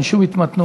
אין שום התמתנות,